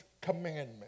commandment